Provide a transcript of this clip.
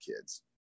kids